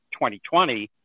2020